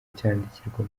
cyandikirwa